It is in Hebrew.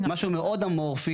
משהו מאוד אמורפי.